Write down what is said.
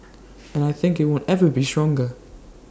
and I think IT won't ever be stronger